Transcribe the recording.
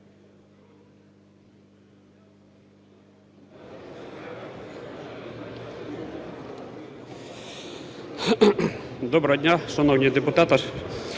Доброго дня, шановні депутати,